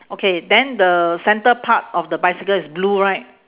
okay then the centre part of the bicycle is blue right